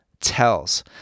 tells